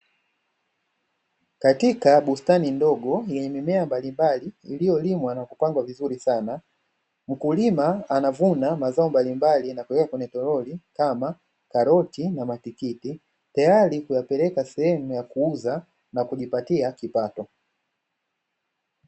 Katika bustani ndogo yenye mimea mbalimbali iliyolimwa na kupandwa vizuri sana, mkulima anavuna mazao mbalimbali, ameweka kwenye toroli kama karoti na matikiti, tayari kuyapeleka sehemu ya kuuza na kujipatia kipato.